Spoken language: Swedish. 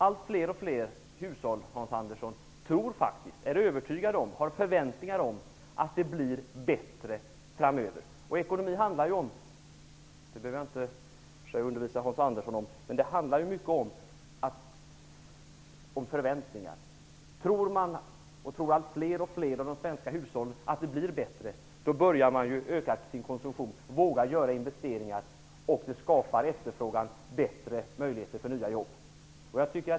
Allt fler hushåll, Hans Andersson, tror faktiskt, är övertygade om och har förväntningar om att det blir bättre framöver. Ekonomin handlar ju mycket om förväntningar -- jag behöver naturligtvis inte undervisa Hans Andersson om det. Tror fler och fler av de svenska hushållen att det blir bättre, då börjar man öka sin konsumtion och vågar göra investeringar. Det skapar efterfrågan och bättre möjligheter för nya jobb.